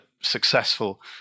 successful